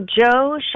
Joe